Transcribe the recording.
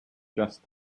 just